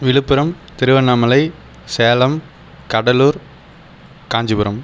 Villupuram Tiruvannamalai Salem Cuddalore Kanchipuram